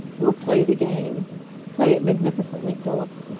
we'll play the game play it magnificently, philip.